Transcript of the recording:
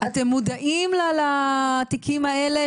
אתם מודעים לתיקים האלה,